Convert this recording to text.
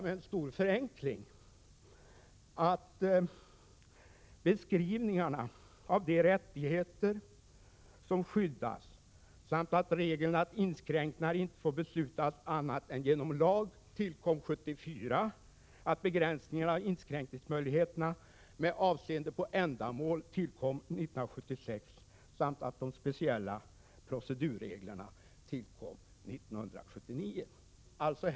Med stor förenkling kan man säga att beskrivningarna av de rättigheter som skyddas och bestämmelserna att ändringar i reglerna inte får beslutas annat än genom lag tillkom 1974, att inskränkningsmöjligheterna med avseende på ändamål tillkom 1976 samt att de speciella procedurreglerna tillkom 1979.